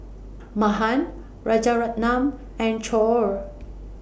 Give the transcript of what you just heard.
Mahan Rajaratnam and Choor